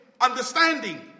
understanding